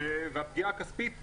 ופגיעה כספית.